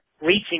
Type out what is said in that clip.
reaching